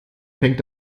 fängt